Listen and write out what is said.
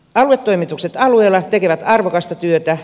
aluetoimitukset alueilla tekevät arvokasta työtä